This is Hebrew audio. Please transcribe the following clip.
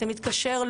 אתה מתקשר,